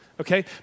okay